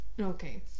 Okay